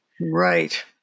right